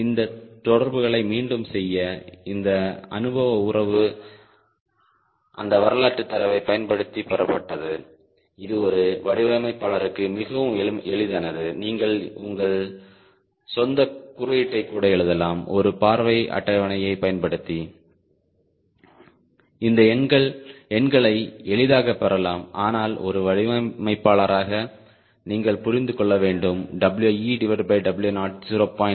இந்த தொடர்புகளை மீண்டும் செய்ய இந்த அனுபவ உறவு அந்த வரலாற்றுத் தரவைப் பயன்படுத்தி பெறப்பட்டது இது ஒரு வடிவமைப்பாளருக்கு மிகவும் எளிதனது நீங்கள் உங்கள் சொந்த குறியீட்டை கூட எழுதலாம் ஒரு பார்வை அட்டவணையைப் பயன்படுத்தி இந்த எண்களை எளிதாகப் பெறலாம் ஆனால் ஒரு வடிவமைப்பாளராக நீங்கள் புரிந்து கொள்ள வேண்டும் WeW0 0